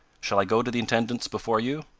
shall i go to the intendant's before you?